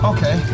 Okay